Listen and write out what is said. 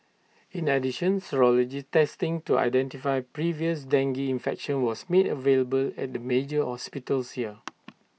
in addition serology testing to identify previous dengue infection was made available at the major hospitals here